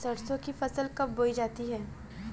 सरसों की फसल कब बोई जाती है?